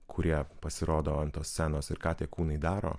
kurie pasirodo ant tos scenos ir ką tie kūnai daro